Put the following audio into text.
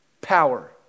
power